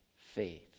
faith